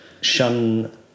Shun